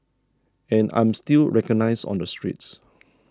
and I'm still recognised on the streets